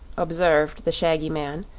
observed the shaggy man,